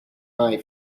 eye